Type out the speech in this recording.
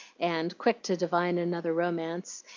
and, quick to divine another romance,